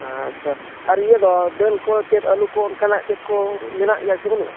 ᱟᱪᱪᱷᱟ ᱟᱨ ᱤᱭᱟᱹ ᱫᱚ ᱫᱟᱹᱞ ᱠᱚ ᱪᱮᱫ ᱟᱹᱞᱩ ᱠᱚ ᱚᱱᱠᱟᱱᱟᱜ ᱪᱮᱫ ᱠᱚ ᱢᱮᱱᱟᱜ ᱜᱮᱭᱟ ᱥᱮ ᱵᱟᱹᱱᱩᱜᱼᱟ